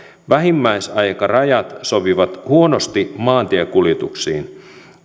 vähimmäisaikarajat sopivat huonosti maantiekuljetuksiin